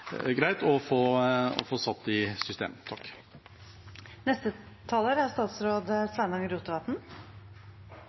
greit å få satt i system.